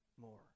more